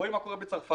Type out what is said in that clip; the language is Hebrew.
רואים מה קורה בצרפת,